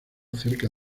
cerca